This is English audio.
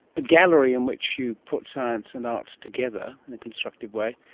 a gallery in which you put science and art together in a constructive way,